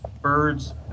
birds